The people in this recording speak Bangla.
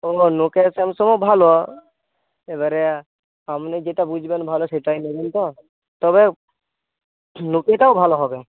ও নোকিয়া স্যামসাংও ভালো এবারে আপনি যেটা বুঝবেন ভালো সেটাই নেবেন তো তবে নোকিয়াটাও ভালো হবে